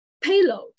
payload